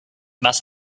must